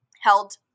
held